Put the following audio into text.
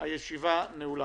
הישיבה ננעלה